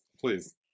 please